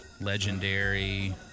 legendary